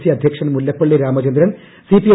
C അധ്യക്ഷൻ Mullappally Ramachandran CPI